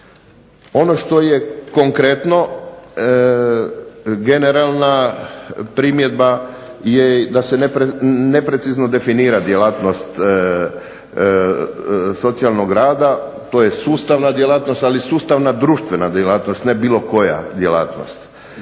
Ono što je konkretno generalna primjedba je da se neprecizno definira djelatnost socijalnog rada. To je sustavna djelatnost, ali sustavna društvena djelatnost ne bilo koja djelatnost.